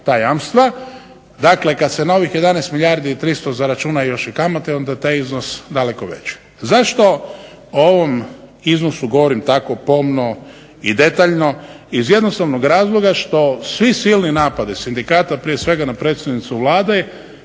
ta jamstva, dakle kad se na ovih 11 milijardi i 300 zaračuna još i kamata onda je taj iznos daleko veći. Zašto o ovom iznosu govorim tako pomno i detaljno? Iz jednostavnog razloga što svi silni napadi sindikata prije svega na predsjednicu Vlade,